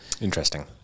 Interesting